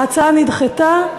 ההצעה נדחתה.